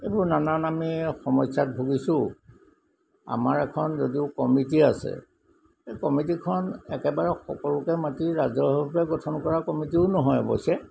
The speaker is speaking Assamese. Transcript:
এইবোৰ নানান আমি সমস্যাত ভুগিছোঁ আমাৰ এখন যদিও কমিটি আছে সেই কমিটিখন একেবাৰে সকলোকে মাতি ৰাজহুৱাকৈ গঠন কৰা কমিটিও নহয় অৱশ্যে